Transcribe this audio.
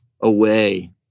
away